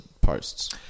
posts